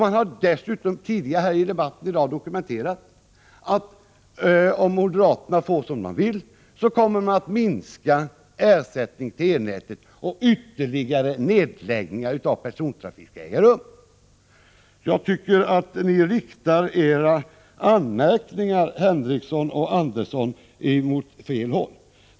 Man har dessutom tidigare i debatten i dag dokumenterat att om moderaterna får som de vill kommer de att minska ersättningen till E-nätet, och ytterligare nedläggningar av persontrafiken skall äga rum. Jag tycker att ni riktar era anmärkningar, herrar Henricsson och Andersson, åt fel håll.